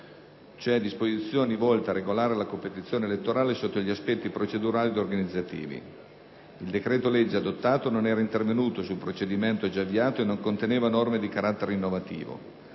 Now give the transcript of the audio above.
cioè disposizioni volte a regolare la competizione elettorale sotto gli aspetti procedurali ed organizzativi). Il decreto-legge adottato non era intervenuto sul procedimento già avviato e non conteneva norme di carattere innovativo.